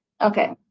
Okay